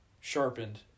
sharpened